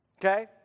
okay